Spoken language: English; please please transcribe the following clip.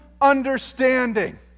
understanding